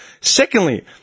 Secondly